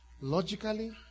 logically